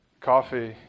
Coffee